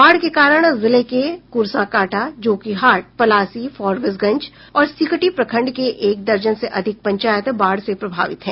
बाढ़ के कारण जिले के कुरसाकांटा जोकीहाट पलासी फारबिसगंज और सिकटी प्रखंड के एक दर्जन से अधिक पंचायत बाढ़ से प्रभावित हैं